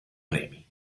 premi